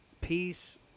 Peace